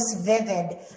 vivid